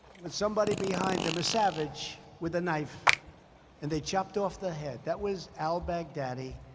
with somebody behind them a savage with a knife and they chopped off their head. that was al-baghdadi.